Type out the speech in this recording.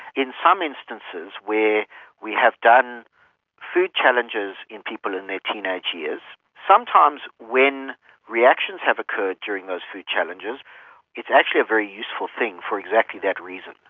in some instances where we have done food challenges in people in their teenage years, sometimes when reactions have occurred during those food challenges it's actually a very useful thing for exactly that reason,